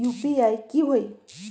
UPI की होई?